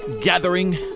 gathering